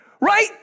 Right